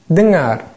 Dengar